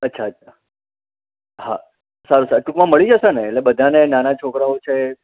અચ્છા અચ્છા હાં સારું સારું એટલે ટૂંકમાં મળી જશે ને એટલે બધાને નાના છોકરાઓ છે